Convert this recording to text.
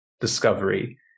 discovery